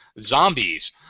zombies